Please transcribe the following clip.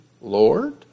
Lord